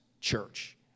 church